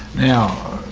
now,